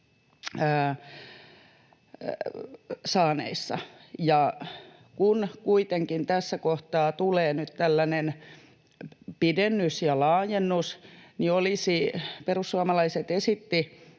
saaneissa. Kun kuitenkin tässä kohtaa tulee nyt tällainen pidennys ja laajennus, niin perussuomalaiset esittivät